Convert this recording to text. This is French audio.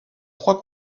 trois